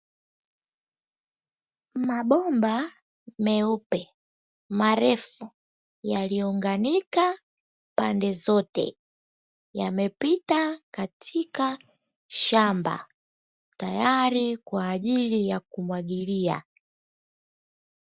Mabomba meupe marefu yaliyounganika pande zote yamepita katika shamba tayari kwa ajili ya kumwagilia.